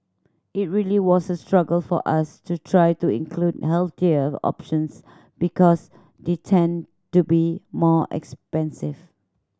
it really was a struggle for us to try to include healthier options because they tend to be more expensive